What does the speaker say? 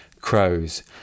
Crows